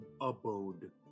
abode